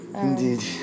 Indeed